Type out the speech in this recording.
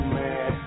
man